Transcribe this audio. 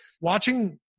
watching